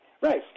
Right